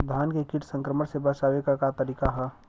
धान के कीट संक्रमण से बचावे क का तरीका ह?